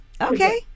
Okay